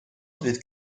fydd